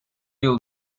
yıl